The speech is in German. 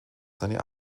seine